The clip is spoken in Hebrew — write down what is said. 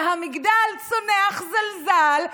מהמגדל צונח זלזל,